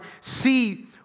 see